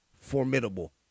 formidable